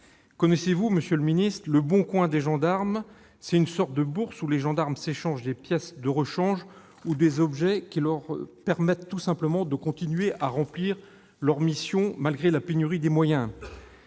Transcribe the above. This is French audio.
Connaissez-vous, monsieur le ministre, le « Bon Coin des gendarmes »? C'est une sorte de bourse où ces derniers s'échangent des pièces de rechange ou des objets qui leur permettent, tout simplement, de continuer à remplir leurs missions malgré la pénurie de moyens